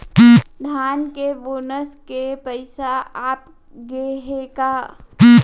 धान के बोनस के पइसा आप गे हे का?